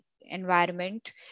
environment